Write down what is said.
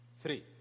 three